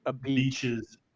beaches